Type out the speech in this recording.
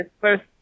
first